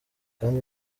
kandi